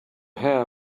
hair